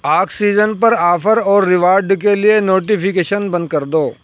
oxygen پر offer اور reward کے لیے نوٹیفیکیشن بند کر دو